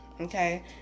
okay